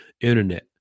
Internet